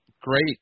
great